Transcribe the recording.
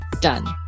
Done